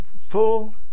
full